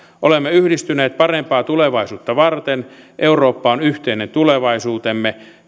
olemme yhdistyneet parempaa tulevaisuutta varten eurooppa on yhteinen tulevaisuutemme